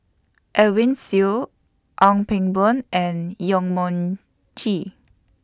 Edwin Siew Ong Pang Boon and Yong Mun Tea